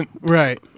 Right